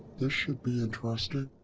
this should be interesting.